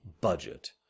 Budget